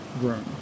room